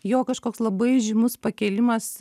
jo kažkoks labai žymus pakėlimas